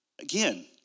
Again